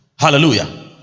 hallelujah